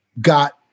got